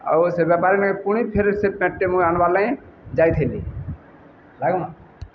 ଆଉ ସେ ବେପାରୀ ନ ପୁଣି ଫେରେ ସେ ପେଣ୍ଟଟେ ମୁଇଁ ଆଣବାର୍ ଲାଗ ଯାଇଥିଲି ଲାଗୁମା